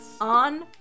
on